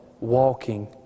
walking